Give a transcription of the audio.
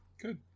Good